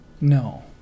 No